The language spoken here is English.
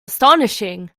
astonishing